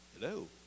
Hello